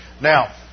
Now